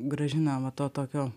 gražina va to tokio